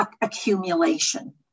accumulation